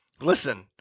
listen